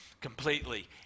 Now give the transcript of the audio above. completely